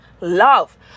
love